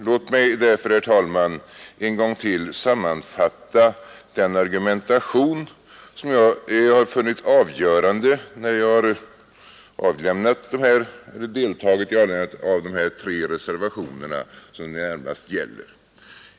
Låt mig därför, herr talman, en gång till sammanfatta den argumentation som jag har funnit avgörande när jag har deltagit i avgivandet av de tre reservationer det närmast gäller.